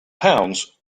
pounds